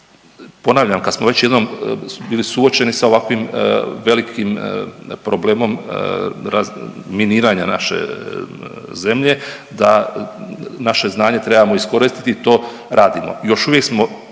Ponavljam, kad smo već jednom bili suočeni sa ovakvim velikim problemom razminiranja naše zemlje, da naše znanje trebamo iskoristiti i to radimo.